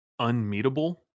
unmeetable